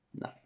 No